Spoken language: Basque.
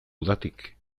udatik